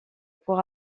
pour